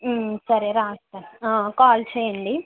సరే రాస్తాను ఆ కాల్ చెయ్యండి